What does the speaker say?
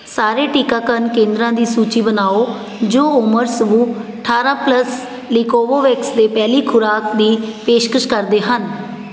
ਸਾਰੇ ਟੀਕਾਕਰਨ ਕੇਂਦਰਾਂ ਦੀ ਸੂਚੀ ਬਣਾਓ ਜੋ ਉਮਰ ਸਮੂਹ ਅਠਾਰਾਂ ਪਲੱਸ ਲਈ ਕੋਵੋਵੈਕਸ ਦੇ ਪਹਿਲੀ ਖੁਰਾਕ ਦੀ ਪੇਸ਼ਕਸ਼ ਕਰਦੇ ਹਨ